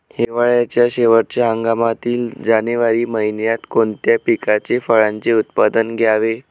हिवाळ्याच्या शेवटच्या हंगामातील जानेवारी महिन्यात कोणत्या पिकाचे, फळांचे उत्पादन घ्यावे?